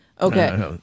Okay